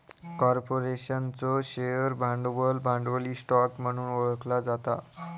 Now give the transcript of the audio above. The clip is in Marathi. कॉर्पोरेशनचो शेअर भांडवल, भांडवली स्टॉक म्हणून ओळखला जाता